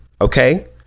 Okay